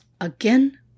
again